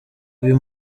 uyu